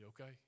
Okay